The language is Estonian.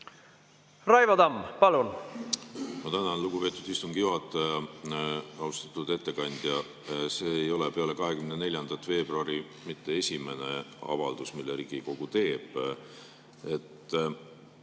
Raivo Tamm, palun!